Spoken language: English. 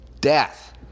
death